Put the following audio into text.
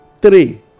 Three